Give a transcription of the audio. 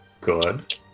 Good